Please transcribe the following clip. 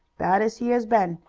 bad as he has been,